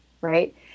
right